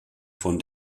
von